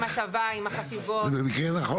עם הצבא, עם החטיבות.